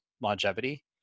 longevity